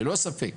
ללא ספק.